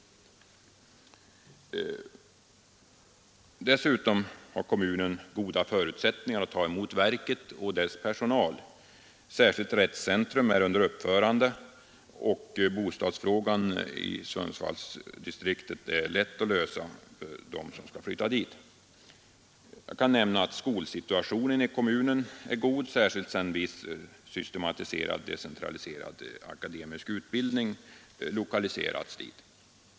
Kommunen har goda förutsättningar att ta emot verket och dess personal. Särskilt rättscentrum är under uppförande, och bostadsfrågan för dem som skall flytta till Sundsvallsdistriktet är lätt att lösa. Skolsituationen i kommunen är god, särskilt sedan viss systematiserad, decentraliserad akademisk utbildning lokaliserats dit.